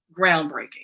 groundbreaking